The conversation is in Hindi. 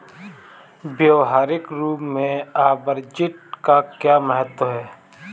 व्यवहारिक रूप में आर्बिट्रेज का क्या महत्व है?